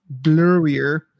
blurrier